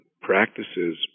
practices